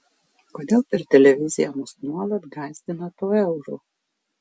kodėl per televiziją mus nuolat gąsdina tuo euru